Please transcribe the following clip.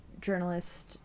journalist